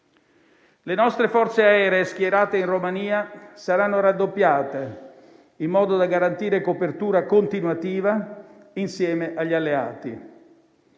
Le nostre forze aeree schierate in Romania saranno raddoppiate, in modo da garantire copertura continuativa insieme agli alleati.